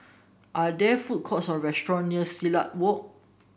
are there food courts or restaurant near Silat Walk